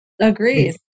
Agreed